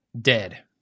Dead